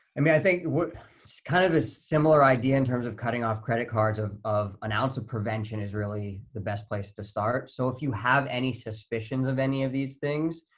i mean, i think it's kind of a similar idea in terms of cutting off credit cards, of of an ounce of prevention is really the best place to start. so if you have any suspicions of any of these things,